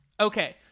Okay